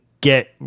Get